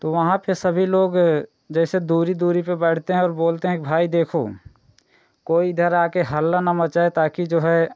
तो वहाँ पर सभी लोग जैसे दूरी दूरी पर बैठते हैं और बोलते हैं कि भाई देखो कोई इधर आकर हल्ला न मचाए ताकि जो है